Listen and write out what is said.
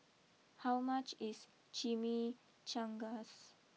how much is Chimichangas